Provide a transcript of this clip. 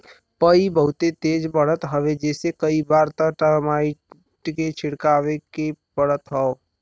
पई बहुते तेज बढ़त हवे जेसे कई बार त टर्माइट के छिड़कवावे के पड़त हौ